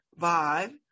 vibe